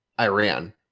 Iran